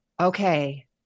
okay